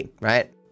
right